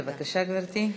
בבקשה, גברתי.